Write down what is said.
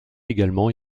également